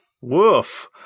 Woof